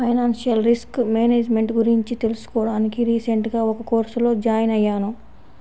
financial risk management గురించి తెలుసుకోడానికి recent గా ఒక కోర్సులో జాయిన్ అయ్యాను